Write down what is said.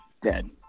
Dead